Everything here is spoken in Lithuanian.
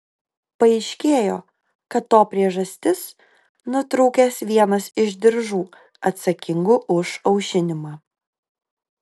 paaiškėjo kad to priežastis nutrūkęs vienas iš diržų atsakingų už aušinimą